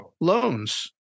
loans